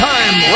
Time